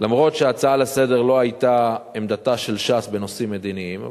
אף שההצעה לסדר-היום לא היתה עמדתה של ש"ס בנושאים מדיניים,